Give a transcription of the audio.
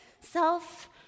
Self